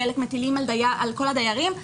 חלק מטילים על כל הדיירים,